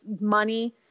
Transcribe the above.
money